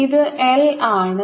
ഇത് L ആണ്